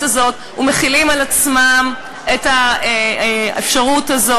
ומחילים על עצמם את האפשרות הזאת.